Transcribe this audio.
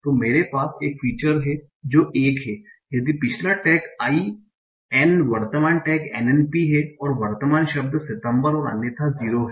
तो मेरे पास एक फीचर है जो 1 है यदि पिछला टैग I N वर्तमान टैग NNP है और वर्तमान शब्द सितंबर और अन्यथा 0 है